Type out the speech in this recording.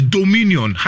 Dominion